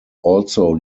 also